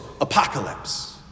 Apocalypse